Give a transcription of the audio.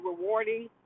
rewarding